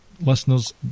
listeners